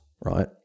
right